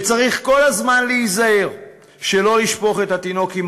וצריך כל הזמן להיזהר שלא לשפוך את התינוק עם